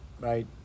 Right